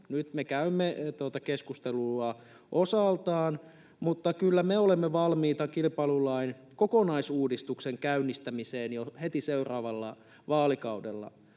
Nyt me käymme tuota keskustelua osaltaan, mutta kyllä me olemme valmiita kilpailulain kokonaisuudistuksen käynnistämiseen jo heti seuraavalla vaalikaudella.